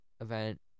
event